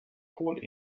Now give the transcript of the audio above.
kohl